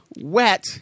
wet